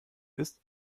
ist